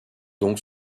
donc